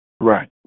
Right